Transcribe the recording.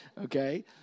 okay